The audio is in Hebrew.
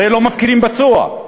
הרי לא מפקירים פצוע,